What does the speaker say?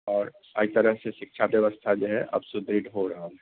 आओर एहि तरह से शिक्षा व्यवस्था जे है से अब सुदृढ़ हो रहल है